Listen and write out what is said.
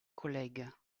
collègue